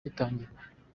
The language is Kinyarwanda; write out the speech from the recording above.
gitangira